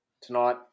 tonight